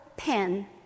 pen